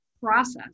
process